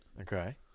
Okay